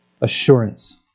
Assurance